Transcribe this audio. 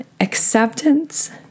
acceptance